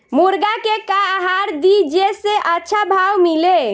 मुर्गा के का आहार दी जे से अच्छा भाव मिले?